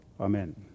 Amen